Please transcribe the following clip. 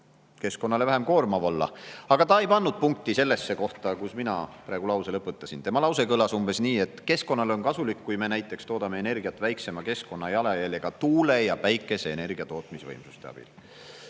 keskkonnale vähem koormav olla. Aga ta ei pannud punkti sellesse kohta, kus mina praegu lause lõpetasin. Tema lause kõlas umbes nii, et keskkonnale on kasulik, kui me näiteks toodame energiat väiksema keskkonnajalajäljega tuule‑ ja päikeseenergia tootmise võimsuste